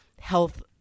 health